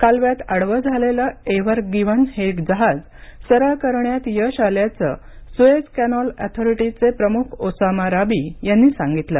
कालव्यात आडवे झालेले Ever Given हे जहाज सरळ करण्यात यश आल्याचं सुएझ कॅनॉल ऑथोरिटीचे प्रमुख ओसामा राबी यांनी सांगितलं